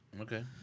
Okay